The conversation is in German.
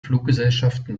fluggesellschaften